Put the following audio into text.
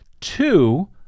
Two